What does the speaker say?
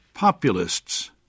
Populists